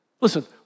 listen